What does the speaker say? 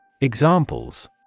Examples